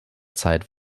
zeit